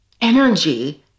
energy